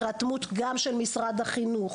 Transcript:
בהירתמות גם של משרד החינוך,